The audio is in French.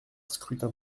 scrutin